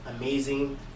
amazing